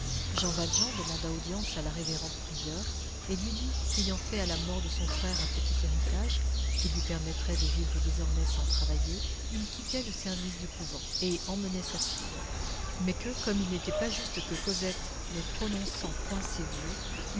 jean valjean demanda audience à la révérende prieure et lui dit qu'ayant fait à la mort de son frère un petit héritage qui lui permettait de vivre désormais sans travailler il quittait le service du couvent et emmenait sa fille mais que comme il n'était pas juste que cosette ne prononçant point ses voeux